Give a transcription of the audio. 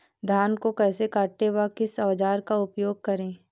धान को कैसे काटे व किस औजार का उपयोग करें?